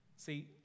See